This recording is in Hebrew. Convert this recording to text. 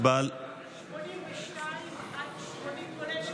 82 עד 83,